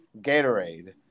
Gatorade